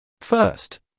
First